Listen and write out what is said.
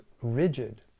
rigid